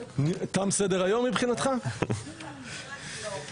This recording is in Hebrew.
מבחינתך תם סדר היום?